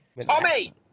Tommy